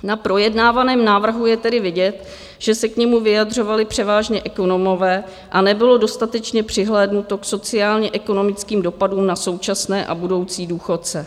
Na projednávaném návrhu je tedy vidět, že se k němu vyjadřovali převážně ekonomové a nebylo dostatečně přihlédnuto k sociálněekonomickým dopadům na současné a budoucí důchodce.